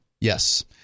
Yes